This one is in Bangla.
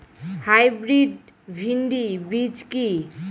হাইব্রিড ভীন্ডি বীজ কি?